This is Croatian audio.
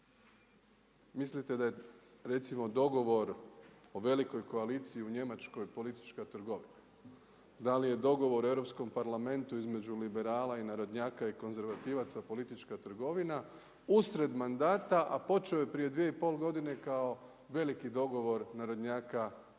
Mislite da je recimo, dogovor o velikoj koalicija u Njemačkoj politička trgovina. Da li je dogovor u Europskom parlamentu između liberala i narodnjaka i konzervativaca, politička trgovina usred mandata, a počeo je prije dvije i pol godine, kao veliki dogovor narodnjaka i